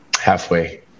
Halfway